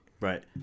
Right